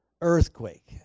earthquake